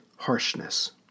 harshness